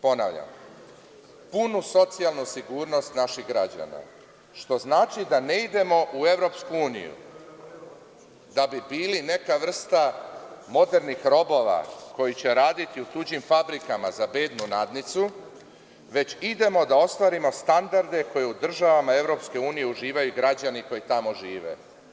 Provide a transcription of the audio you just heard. Ponavljam, punu socijalnu sigurnost naših građana, što znači da ne idemo u EU da bi bili neka vrsta modernih robova koji će raditi u tuđim fabrikama za bednu nadnicu, već idemo da ostvarimo standarde koji u državama EU uživaju građani koji tamo žive.